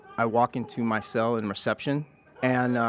i walk into my cell and reception and, ah,